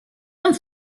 and